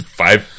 five